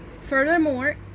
furthermore